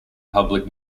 public